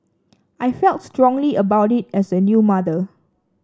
I felt strongly about it as a new mother